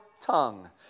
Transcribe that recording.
tongue